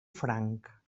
franc